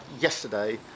yesterday